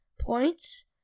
points